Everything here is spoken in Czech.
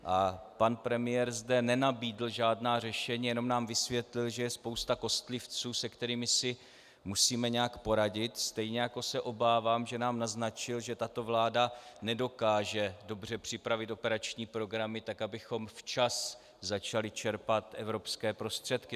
A pan premiér zde nenabídl žádná řešení, jenom nám vysvětlil, že je spousta kostlivců, se kterými si musíme nějak poradit, stejně jako se obávám, že nám naznačil, že tato vláda nedokáže dobře připravit operační programy tak, abychom včas začali čerpat evropské prostředky.